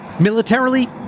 Militarily